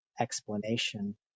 explanation